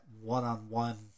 one-on-one